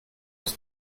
ist